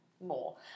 more